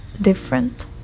different